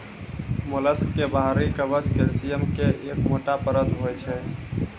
mollusc के बाहरी कवच कैल्सियम के एक मोटो परत होय छै